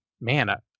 Mana